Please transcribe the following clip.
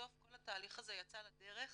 בסוף כל התהליך הזה יצא לדרך